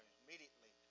immediately